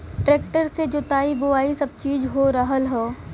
tractor से जोताई बोवाई सब चीज हो रहल हौ